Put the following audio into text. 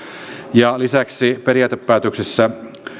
ja lisäksi periaatepäätöksissä